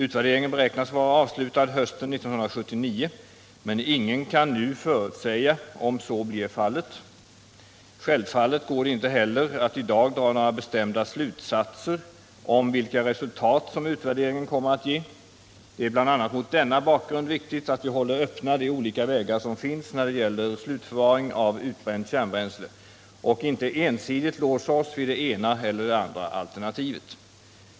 Utvärderingen beräknas vara avslutad hösten 1979, men ingen kan nu förutsäga om så blir fallet. Självfallet går det inte heller att i dag dra några bestämda slutsatser om vilka resultat som utvärderingen kommer att ge. Det är bl.a. mot denna bakgrund viktigt att vi håller öppna de olika vägar som finns när det gäller slutförvaring av utbränt kärnbränsle och inte ensidigt låser oss vid det ena eller det andra alternativet.